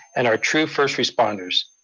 and are true first responders.